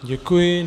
Děkuji.